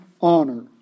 honor